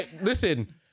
Listen